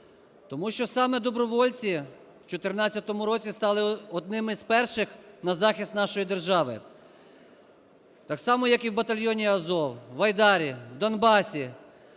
Тому що саме добровольці в 14-му році стали одними з перших на захист нашої держави. Так само, як і в батальйоні "Азов", в "Айдарі", в "Донбасі",